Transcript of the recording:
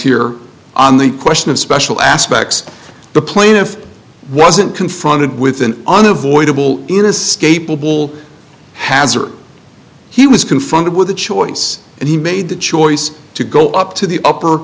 here on the question of special aspects the plaintiff wasn't confronted with an unavoidable in a staple ball has or he was confronted with a choice and he made the choice to go up to the upper